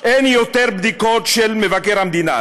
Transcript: אין יותר בדיקות של מבקר המדינה,